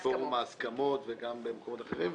גם בפורום הסכמות וגם באמצעות אחרים.